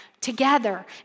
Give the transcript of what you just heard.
together